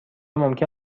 ممکن